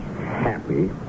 happy